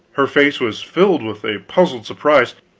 her face was filled with a puzzled surprise